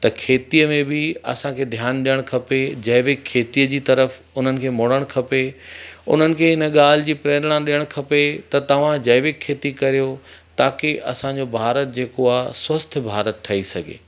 त खेतीअ में बि असांखे ध्यानु ॾियण खपे खेतीअ जी तर्फ़ु उन्हनि खे मुड़ड़ खपे उनन खे इन ॻाल्हि जी प्रेरणा ॾियणु खपे त तव्हां जैविक खेती कयो ताकी असांजो भारत जेको आहे स्वस्थ भारत ठही सघे